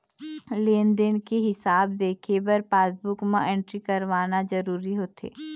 लेन देन के हिसाब देखे बर पासबूक म एंटरी करवाना जरूरी होथे